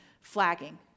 flagging